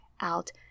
out